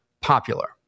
popular